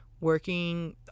working